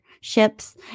Ships